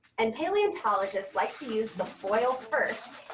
and paleontologists like to use the foil first,